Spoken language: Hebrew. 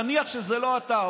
נניח שזה לא אתה,